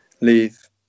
Leave